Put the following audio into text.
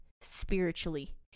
spiritually